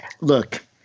Look